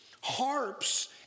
harps